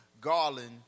garland